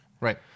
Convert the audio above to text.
Right